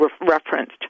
referenced